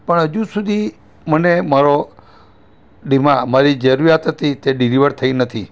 પણ હજુ સુધી મને મારો મારી જરૂરિયાત હતી તે ડિલિવર થઈ નથી